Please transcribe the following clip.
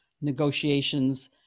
negotiations